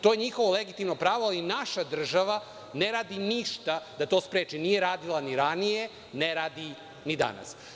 To je njihovo legitimno pravo i naša država ne radi ništa da to spreči, nije radila ni ranije, ne radi ni danas.